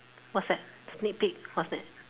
what's that sneak peak what's that